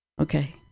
Okay